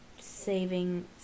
saving